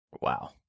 Wow